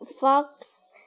fox